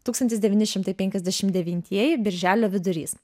tūkstantis devyni šimtai penkiasdešimt devynieji birželio vidurys